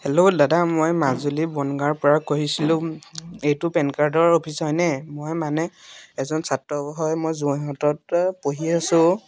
hello দাদা মই মাজুলী বনগাঁৱৰ পৰা কৈছিলোঁ এইটো পেন কাৰ্ডৰ অফিচ হয়নে মই মানে এজন ছাত্ৰ হয় মই যোৰহাটত পঢ়ি আছোঁ